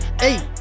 hey